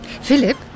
Philip